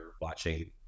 watching